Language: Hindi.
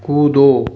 कूदो